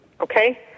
okay